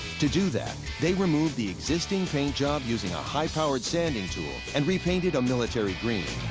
to do that, they remove the existing paint job using a high-powered sanding tool and re-paint it a military green.